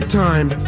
time